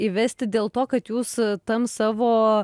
įvesti dėl to kad jūs tam savo